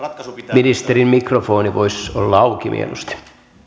ministerin mikrofoni voisi olla auki mieluusti